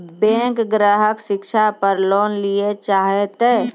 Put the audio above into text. Bank ग्राहक शिक्षा पार लोन लियेल चाहे ते?